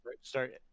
Start